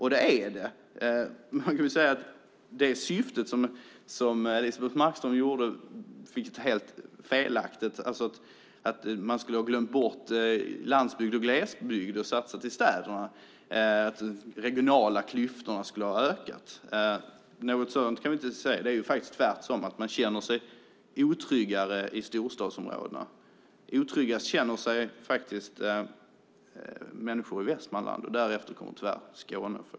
Det är det. Men det hon ville antyda är helt felaktigt, nämligen att man skulle ha glömt bort landsbygd och glesbygd och satsat i städerna, och att de regionala klyftorna därmed skulle ha ökat. Något sådant kan vi inte se. Det är faktiskt tvärtom. Man känner sig otryggare i storstadsområdena. Otryggast känner sig människor i Västmanland, därefter kommer tyvärr Skåne.